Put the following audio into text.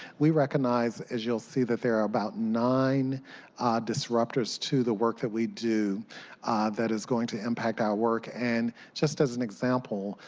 we recognize, as you will see, that there are about nine disruptors to the work that we do that is going to impact our work. and just as an example,